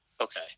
okay